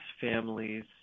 families